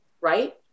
right